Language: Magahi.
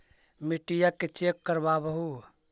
मिट्टीया के चेक करबाबहू?